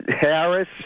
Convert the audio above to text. Harris